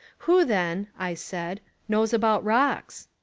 who then, i said, knows about rocks?